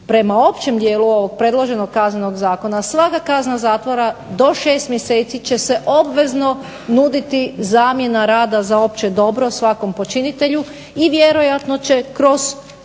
prema općem dijelu ovog predloženog Kaznenog zakona svaka kazna zatvora do 6 mjeseci će se obvezno nuditi zamjena rada za opće dobro svakom počinitelju i vjerojatno će kroz